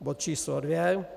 Bod číslo dvě.